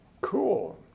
Cool